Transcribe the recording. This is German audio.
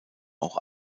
auch